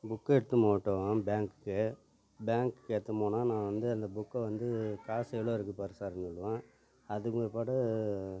book எடுத்துட்டு போவட்டுவோம் பேங்க்கு பேங்க்கு எடுத்துட்டு போனால் நான் வந்து அந்த புக்கை வந்து காசு எவ்வளோ இருக்குது பார் சார்ன்னு சொல்லுவேன் அதுக்கும் பிற்பாடு